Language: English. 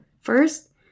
First